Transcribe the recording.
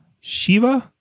Shiva